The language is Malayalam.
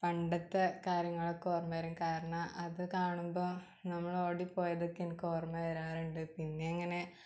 പണ്ടത്തെ കാര്യങ്ങളൊക്കെ ഓർമ്മ വരും കാരണം അത് കാണുമ്പോൾ നമ്മൾ ഓടി പോയതൊക്കെ എനിക്ക് ഓർമ്മ വരാറുണ്ട് പിന്നെ എങ്ങനെ